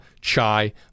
chai